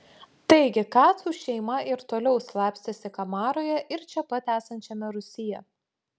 taigi kacų šeima ir toliau slapstėsi kamaroje ir čia pat esančiame rūsyje